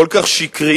כל כך שקריים,